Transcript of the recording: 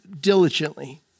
diligently